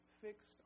fixed